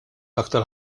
iktar